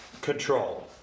control